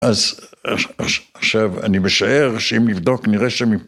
‫אז עכשיו אני משער, ‫שאם נבדוק נראה שהם...